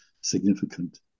significant